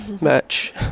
match